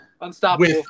Unstoppable